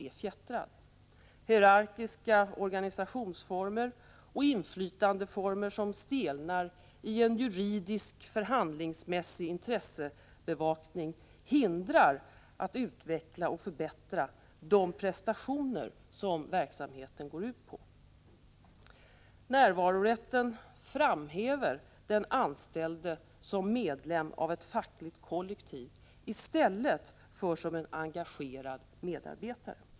Hierarkiska organisationsformer och inflytandeformer som stelnar i en juridisk, förhandlingsmässig intressebevakning hindrar en utveckling och förbättring av de prestationer som verksamheten går ut på. Närvarorätten framhäver den anställde som medlem av ett fackligt kollektiv i stället för som en engagerad medarbetare.